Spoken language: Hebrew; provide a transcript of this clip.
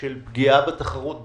של פגיעה בתחרות בשוק?